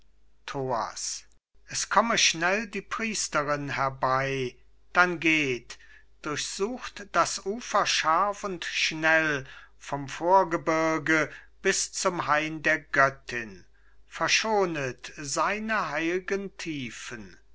es komme schnell die priesterin herbei dann geht durchsucht das ufer scharf und schnell vom vorgebirge bis zum hain der göttin verschonet seine heil'gen tiefen